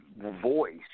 voice